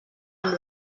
amb